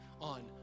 on